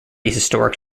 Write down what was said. historic